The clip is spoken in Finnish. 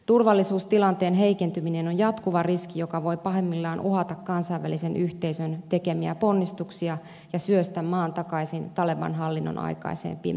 turvallisuustilanteen heikentyminen on jatkuva riski joka voi pahimmillaan uhata kansainvälisen yhteisön tekemiä ponnistuksia ja syöstä maan takaisin taleban hallinnon aikaiseen pimeyteen